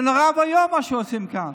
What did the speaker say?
זה נורא ואיום מה שעושים כאן.